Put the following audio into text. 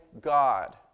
God